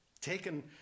taken